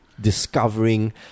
Discovering